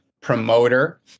promoter